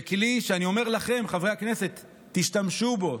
זה כלי שאני אומר לכם, חברי הכנסת, תשתמשו בו.